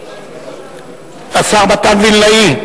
השר מתן וילנאי,